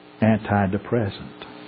antidepressant